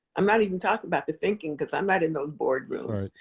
i'm not even talking about the thinking because i'm not in those boardrooms.